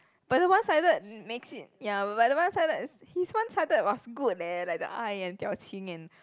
but the one sided makes it ya but the one sided is his one sided was good leh like the eye and 表情 and